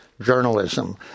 journalism